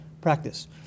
practice